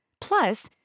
Plus